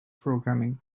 programming